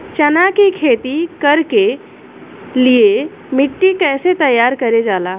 चना की खेती कर के लिए मिट्टी कैसे तैयार करें जाला?